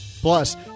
Plus